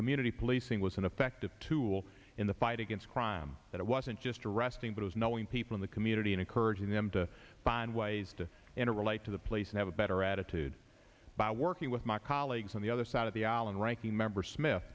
community policing was an effective tool in the fight against crime that it wasn't just arresting but was knowing people in the community and encouraging them to find ways to interrelate to the place and have a better attitude by working with my colleagues on the other side of the island ranking member smith